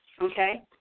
Okay